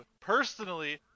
personally